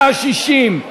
1160,